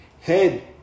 Head